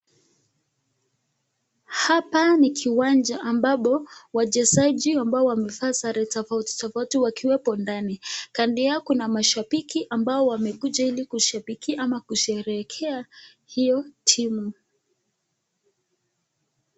Hapo ni kiwanja ambapo, wachezaji ambao wamevaa sare tofauti tofauti wakiwepo ndani. Kando yao kuna mashabiki ambao wamekuja ili kushabiki ama kusherehekea hiyo timu.